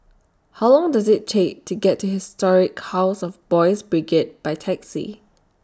How Long Does IT Take to get to Historic House of Boys' Brigade By Taxi